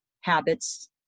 habits